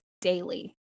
daily